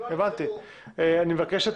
אני מבקש,